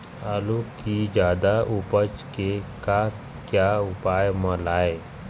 आलू कि जादा उपज के का क्या उपयोग म लाए?